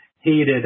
heated